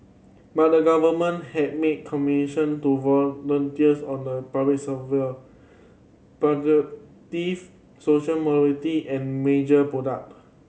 but the government have made commission to volunteers on the public but the social mobility and major project